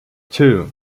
two